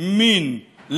מין,